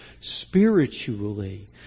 spiritually